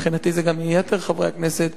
מבחינתי זה גם מיתר חברי הכנסת,